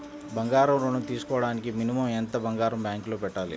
బంగారం ఋణం తీసుకోవడానికి మినిమం ఎంత బంగారం బ్యాంకులో పెట్టాలి?